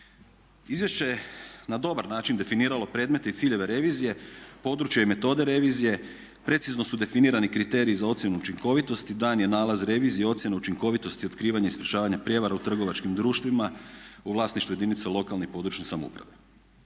Izvješće je na dobar način definiralo predmete i ciljeve revizije, područje i metode revizije, precizno su definirani kriteriji za ocjenu učinkovitosti, dan je nalaz revizije, ocjena učinkovitosti otkrivanja i sprječavanja prijevara u trgovačkim društvima u vlasništvu jedinica lokalne i područne samouprave,